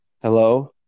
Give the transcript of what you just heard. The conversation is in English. Hello